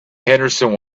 henderson